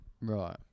Right